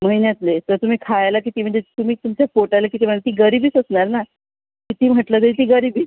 महिन्यातले तर तुम्ही खायला किती म्हणजे तुम्ही तुमच्या पोटाला किती म्हणा ती गरीबीच असणार ना कितीही म्हटलं तरी ती गरीबीच